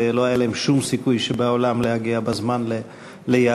ולא היה להם שום סיכוי שבעולם להגיע בזמן ליעדם.